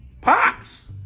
pops